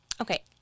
okay